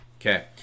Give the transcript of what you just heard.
Okay